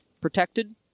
protected